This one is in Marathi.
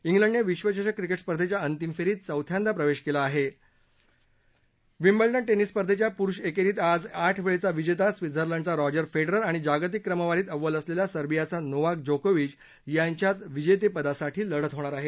इंग्लंडने विश्वचषक क्रिकेट स्पर्धेच्या अंतिम फेरीत चौथ्यांदा प्रवेश केला आहे विम्बल्डन टेनिस स्पर्धेच्या पुरुष एकेरीत आज आठ वेळचा विजेता स्वित्झर्लंडचा रॉजर फेडरर आणि जागतिक क्रमवारीत अव्वल असलेला सर्बियाचा नोवाक जोकोविच यांच्यात विजेतेपदासाठी लढत होणार आहे